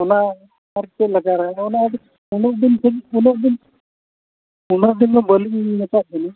ᱚᱱᱟ ᱟᱨ ᱪᱮᱫ ᱞᱮᱠᱟᱨᱮ ᱚᱱᱟ ᱟᱨ ᱛᱤᱱᱟᱹᱜ ᱫᱤᱱ ᱠᱷᱚᱱ ᱛᱤᱱᱟᱹᱜ ᱫᱤᱱ ᱩᱱᱟᱹᱜ ᱫᱤᱱ ᱢᱟ ᱵᱟᱹᱞᱤᱧ ᱢᱮᱛᱟᱫ ᱵᱮᱱᱟ